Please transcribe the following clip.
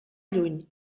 lluny